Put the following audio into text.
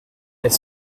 elle